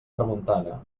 tramuntana